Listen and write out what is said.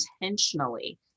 intentionally